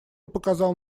показал